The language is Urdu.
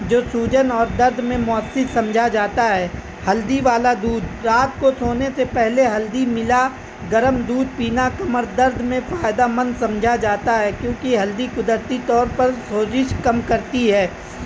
جو سوجن اور درد میں مؤثر سمجھا جاتا ہے ہلدی والا دودھ رات کو سونے سے پہلے ہلدی ملا گرم دودھ پینا کمر درد میں فائدہ مند سمجھا جاتا ہے کیونکہ ہلدی قدرتی طور پر سوزش کم کرتی ہے